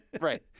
right